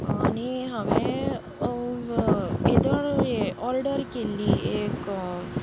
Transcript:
आनी हांवें येदोळ ऑर्डर केल्ली एक